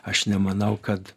aš nemanau kad